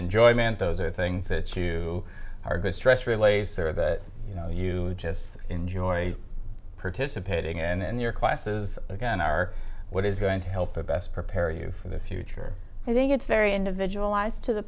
i meant those are things that you do are good stress relays or that you know you just enjoy participating in and your classes again are what is going to help the best prepare you for the future i think it's very individualized to the